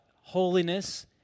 holiness